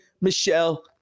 Michelle